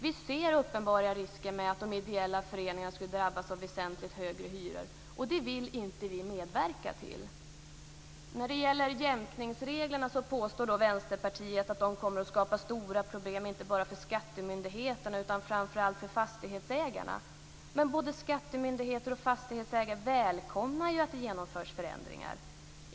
Vi ser uppenbara risker för att de ideella föreningarna skulle drabbas av väsentligt högre hyror - och det vill inte vi medverka till. När det gäller jämkningsreglerna så påstår Vänsterpartiet att de kommer att skapa stora problem, inte bara för skattemyndigheterna utan framför allt för fastighetsägarna. Men både skattemyndigheter och fastighetsägare välkomnar ju att förändringar genomförs!